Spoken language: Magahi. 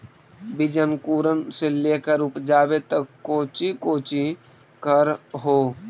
बीज अंकुरण से लेकर उपजाबे तक कौची कौची कर हो?